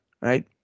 right